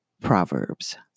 Proverbs